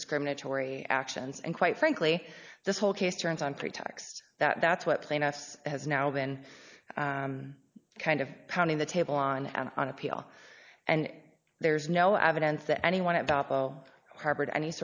discriminatory actions and quite frankly this whole case turns on pretext that that's what plaintiffs has now been kind of pounding the table on and on appeal and there's no evidence that anyone at dapo harbored any